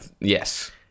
Yes